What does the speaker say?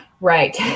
Right